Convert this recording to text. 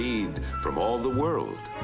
from all the world.